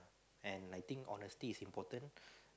and I think honestly is important